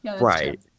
Right